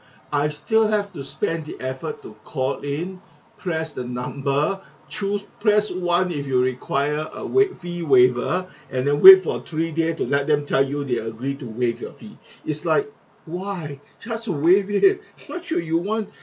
I still have to spend the effort to call in press the number choose press one if you require a wai~ fee waiver and then wait for three day to let them tell you they're agree to waive your fee is like why just waive it why should you want